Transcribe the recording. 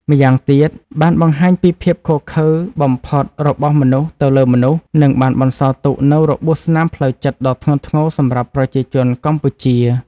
ម្យ៉ាងទៀត បានបង្ហាញពីភាពឃោរឃៅបំផុតរបស់មនុស្សទៅលើមនុស្ស និងបានបន្សល់ទុកនូវរបួសស្នាមផ្លូវចិត្តដ៏ធ្ងន់ធ្ងរសម្រាប់ប្រជាជនកម្ពុជា។